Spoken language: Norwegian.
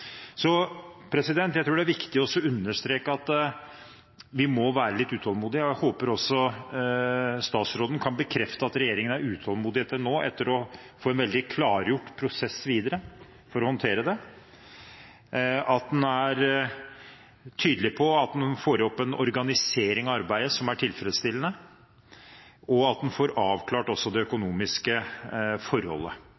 Jeg tror det er viktig å understreke at vi må være litt utålmodige, og jeg håper også at statsråden kan bekrefte at regjeringen er utålmodig etter å få klargjort prosessen videre for å håndtere det, at en er tydelig på at en får opp en organisering av arbeidet som er tilfredsstillende, og at en også får avklart det